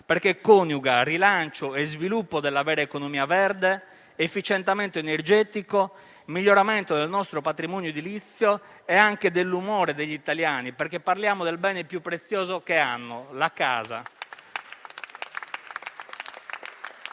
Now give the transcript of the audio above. perché coniuga rilancio e sviluppo della vera economia verde, efficientamento energetico, miglioramento del nostro patrimonio edilizio e anche dell'umore degli italiani, perché parliamo del bene più prezioso che hanno: la casa.